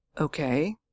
Okay